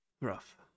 rough